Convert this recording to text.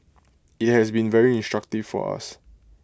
IT has been very instructive for us